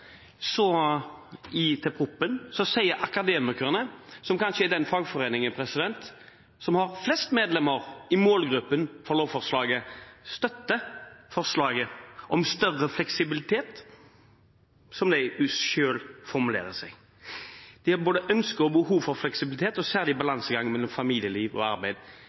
sier Akademikerne, som kanskje er den fagforeningen som har flest medlemmer i målgruppen for lovforslaget, at de støtter forslaget om «større fleksibilitet», slik de selv formulerer seg. De har både ønske om og behov for fleksibilitet og «særlig i balansegangen mellom familieliv og arbeid».